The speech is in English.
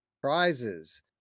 prizes